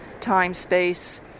time-space